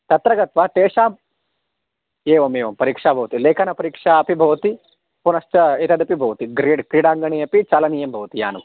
तत्र गत्वा तेषाम् एवम् एवं परीक्षा भवति लेखनपरीक्षा अपि भवति पुनश्च एतदपि भवति ग्रेड् क्रीडाङ्गणे अपि चालनीयं भवति यानं